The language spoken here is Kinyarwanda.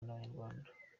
n’abanyarwanda